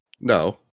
No